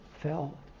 fell